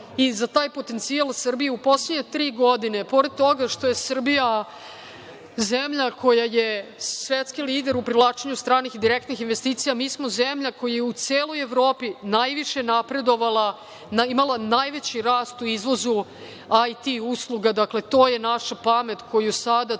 i za taj potencijal Srbije, u poslednje tri godine pored toga što je Srbija zemlja koji je svetski lider u privlačenju stranih direktnih investicija mi smo zemlja koja je u celoj Evropi najviše napredovala, imala najveći rast u izvozu IT usluga. To je naša pamet koju sada cela